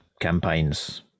campaigns